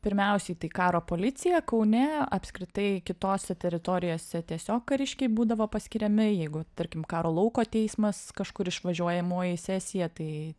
pirmiausiai tai karo policija kaune apskritai kitose teritorijose tiesiog kariškiai būdavo paskiriami jeigu tarkim karo lauko teismas kažkur išvažiuojamoji sesija tai